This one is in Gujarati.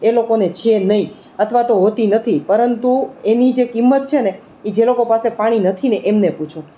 એ લોકોને છે નહીં અથવા તો હોતી નથી પરંતુ એની જે કિંમત છે ને એ જે લોકો પાસે પાણી નથીને એમને પૂછો